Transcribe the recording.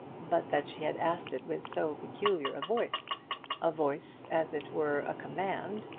but that she had asked it with so peculiar a voice a voice as it were a command,